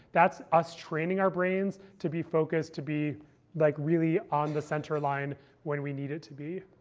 that's us training our brains to be focused to be like really on the center line when we need it to be.